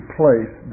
place